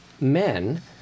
men